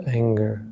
anger